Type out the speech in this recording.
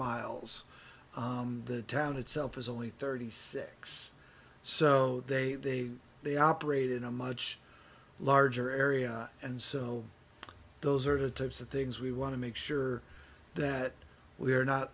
miles the town itself is only thirty six so they they operate in a much larger area and so those are the types of things we want to make sure that we are not